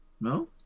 no